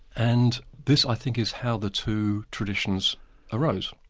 and this i think is how the two traditions arose.